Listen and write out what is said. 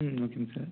ம் ஓகேங்க சார்